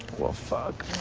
well, fuck